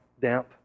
damp